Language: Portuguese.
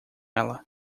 ela